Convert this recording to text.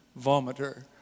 vomiter